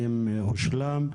האם הושלם,